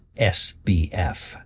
SBF